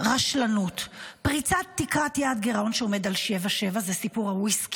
הרי בעוד שבועיים תביא פתיחה רביעית,